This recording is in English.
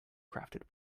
crafted